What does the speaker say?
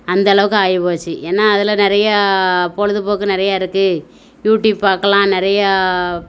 அந்தளவுக்கு ஆயிப்போச்சு ஏன்னா அதில் நிறையா பொழுதுபோக்கு நிறையா இருக்குது யூடியூப் பார்க்கலாம் நிறையா